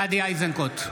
גדי איזנקוט,